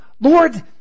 Lord